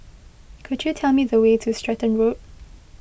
could you tell me the way to Stratton Road